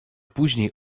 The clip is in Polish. później